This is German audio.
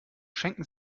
schenken